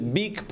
big